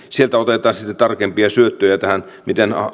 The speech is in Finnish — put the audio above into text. sieltä otetaan sitten tarkempia syöttöjä tähän miten